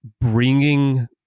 bringing